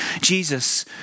Jesus